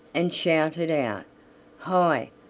and shouted out hi!